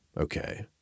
Okay